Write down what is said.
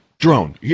Drone